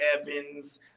Evans